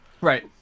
Right